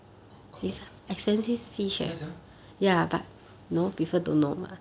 cod